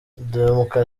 udahemuka